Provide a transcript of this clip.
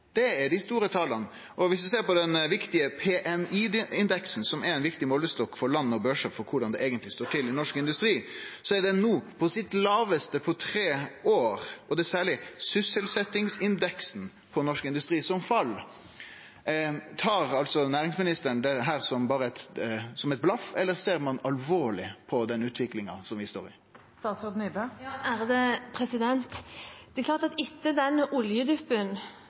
Det viser dei store tala. Viss vi ser på den viktige PMI-indeksen, som er ein viktig målestokk for land og børsar når det gjeld korleis det eigentleg står til i norsk industri, er han no på sitt lågaste på tre år. Det er særleg sysselsettingsindeksen for norsk industri som fell. Tar næringsministeren dette som berre eit blaff, eller ser ein alvorleg på den utviklinga som vi står i? Etter den oljeduppen som var, har det blitt en oppgang igjen. Det